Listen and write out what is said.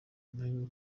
amahirwe